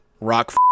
rock